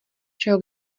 čeho